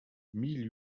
mille